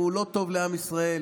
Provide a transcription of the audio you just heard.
היא לא טובה לעם ישראל,